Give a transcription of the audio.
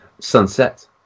sunset